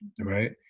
right